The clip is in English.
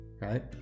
right